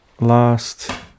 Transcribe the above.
last